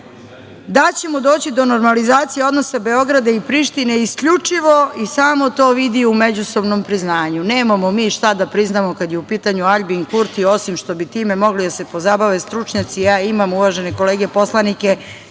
da ćemo doći do normalizacije odnosa Beograda i Prištine isključivo i samo to vidi u međusobnom priznanju. Nemamo mi šta da priznamo kada je u pitanju Aljbin Kurti, osim što bi time mogli da se pozabave stručnjaci. Imam uvažene kolege poslanike